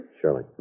Surely